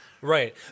Right